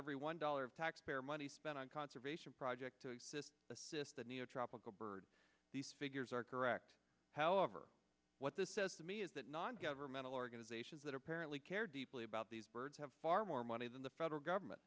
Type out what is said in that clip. every one dollar of taxpayer money spent on conservation project to assist assist the new tropical birds these figures are correct however what this says to me is that non governmental organizations that apparently care deeply about these birds have far more money than the federal government